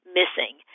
missing